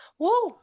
Whoa